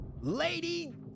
Lady